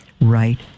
right